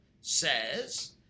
says